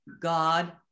God